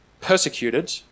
persecuted